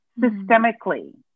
systemically